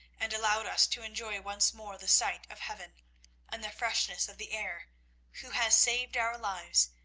and allowed us to enjoy once more the sight of heaven and the freshness of the air who has saved our lives,